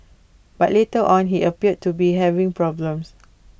but later on he appeared to be having problems